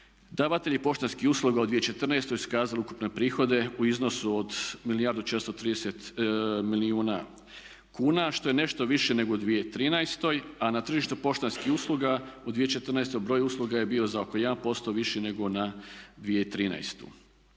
Davatelji poštanskih usluga u 2014. su prikazali ukupne prihode u iznosu od milijardu i 430 milijuna kuna što je nešto više nego u 2013. a na tržište poštanskih usluga u 2014. broj usluga je bio za oko 1% viši nego na 2013.